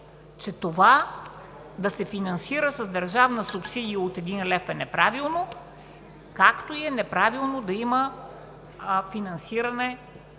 че това да се финансира с държавна субсидия от един лев е неправилно, както е и неправилно да има финансиране